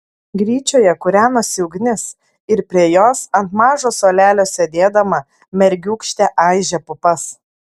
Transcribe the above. gryčioje kūrenosi ugnis ir prie jos ant mažo suolelio sėdėdama mergiūkštė aižė pupas